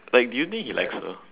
like do you think he likes her